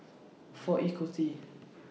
four Ekuty